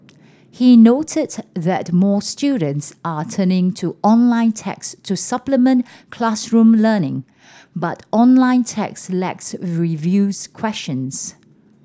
he noted that more students are turning to online text to supplement classroom learning but online text lacks reviews questions